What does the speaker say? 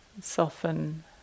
soften